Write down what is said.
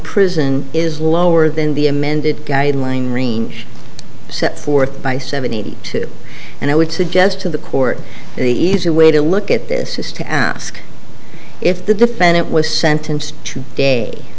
prison is lower than the amended guideline marine set forth by seventy two and i would suggest to the court the easy way to look at this is to ask if the defendant was sentenced to day